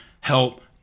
Help